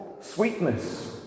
Sweetness